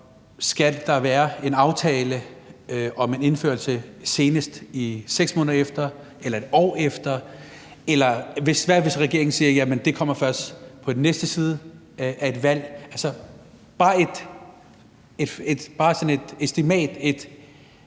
Skal der være en aftale om en indførelse senest 6 måneder efter eller 1 år efter? Eller hvad hvis regeringen siger: Jamen det kommer først på den anden side af et valg? Altså,